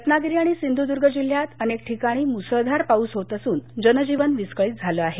रत्नागिरी आणि सिंधूदर्ग जिल्ह्यात अनेक ठिकाणी मुसळधार पाऊस होत असून जनजीवन विस्कळीत झालं आहे